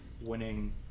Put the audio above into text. winning